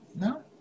No